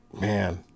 Man